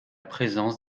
présence